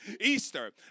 Easter